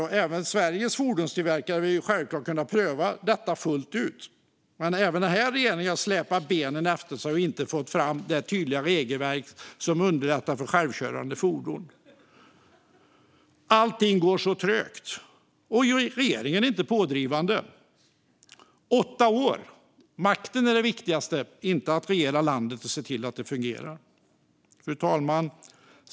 Också Sveriges fordonstillverkare vill självklart kunna pröva detta fullt ut. Även här har dock regeringen släpat benen efter sig och inte fått fram det tydliga regelverk som skulle underlätta för självkörande fordon. Allting går så trögt, och regeringen är inte pådrivande. Åtta år! Makten är det viktigaste, inte att regera landet och se till att det fungerar. Fru talman!